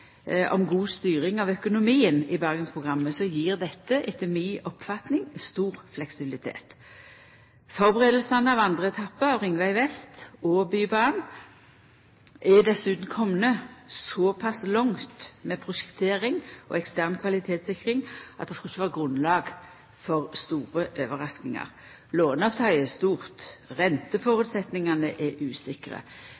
om god styring av økonomien i Bergensprogrammet gjev dette etter mi oppfatning stor fleksibilitet. Førebuingane av andre etappe av Ringveg vest og Bybanen er dessutan komne såpass langt når det gjeld prosjektering og ekstern kvalitetssikring, at det ikkje skulle vera grunnlag for store overraskingar. Låneopptaket er stort,